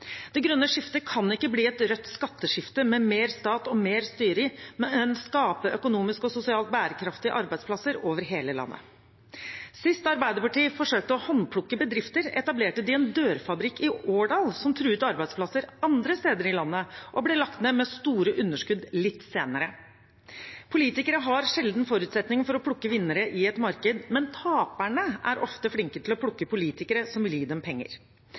Det grønne skiftet kan ikke bli et rødt skatteskifte med mer stat og mer styring, men må skape økonomisk og sosialt bærekraftige arbeidsplasser over hele landet. Sist Arbeiderpartiet forsøkte å håndplukke bedrifter, etablerte de en dørfabrikk i Årdal, som truet arbeidsplasser andre steder i landet og ble lagt ned med store underskudd litt senere. Politikere har sjelden forutsetninger for å plukke vinnere i et marked, men taperne er ofte flinke til å plukke politikere som vil gi dem penger.